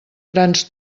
grans